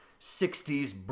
60s